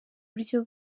buryo